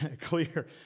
clear